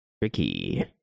tricky